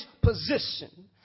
position